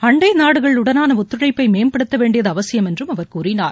அண்டைநாடுகளுடனானஒத்துழைப்பைமேம்படுத்தவேண்டியதுஅவசியம் என்றும் அவர் கூறினார்